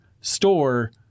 store